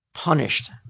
Punished